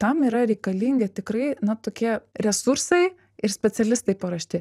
tam yra reikalingi tikrai na tokie resursai ir specialistai paruošti